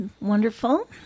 Wonderful